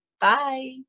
Bye